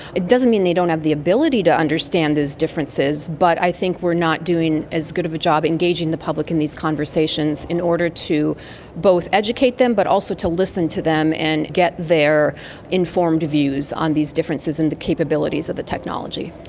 it doesn't mean they don't have the ability to understand these differences but i think we are not doing as good of a job engaging the public in these conversations in order to both educate them but also to listen to them and get their informed views on these differences and the capabilities of the technology.